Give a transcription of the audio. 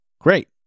Great